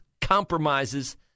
compromises